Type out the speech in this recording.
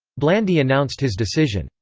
blandy announced his decision,